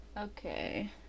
Okay